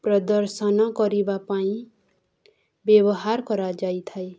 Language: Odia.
ପ୍ରଦର୍ଶନ କରିବା ପାଇଁ ବ୍ୟବହାର କରାଯାଇଥାଏ